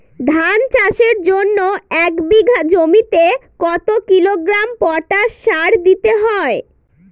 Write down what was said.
ধান চাষের জন্য এক বিঘা জমিতে কতো কিলোগ্রাম পটাশ সার দিতে হয়?